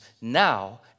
now